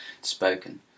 spoken